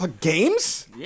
games